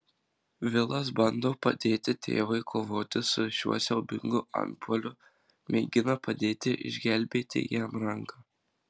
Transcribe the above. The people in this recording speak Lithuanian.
vilas bando padėti tėvui kovoti su šiuo siaubingu antpuoliu mėgina padėti išgelbėti jam ranką